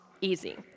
easy